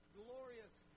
glorious